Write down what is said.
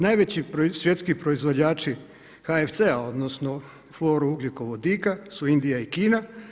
Najveći svjetski proizvođači HFC-a odnosno florougljikovodika su Indija i Kina.